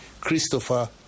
Christopher